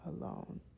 alone